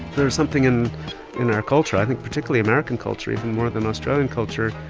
there's something in in our culture, i think particularly american culture even more than australian culture,